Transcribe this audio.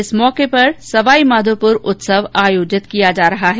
इस अवसर पर सवाई माधोपुर उत्सव आयोजित किया जा रहा है